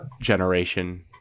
generation